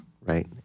Right